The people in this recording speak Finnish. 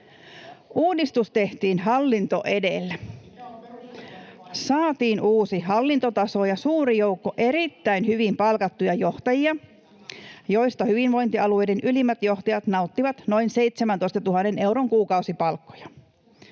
perussuomalaisten vaihtoehto?] Saatiin uusi hallintotaso ja suuri joukko erittäin hyvin palkattuja johtajia, joista hyvinvointialueiden ylimmät johtajat nauttivat noin 17 000 euron kuukausipalkkoja.